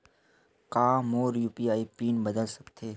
का मोर UPI PIN बदल सकथे?